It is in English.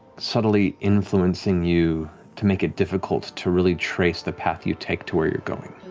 subtly influencing you to make it difficult to really trace the path you take to where you're going.